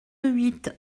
huit